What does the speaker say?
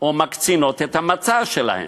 את המצע שלה.